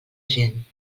gent